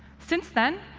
since then,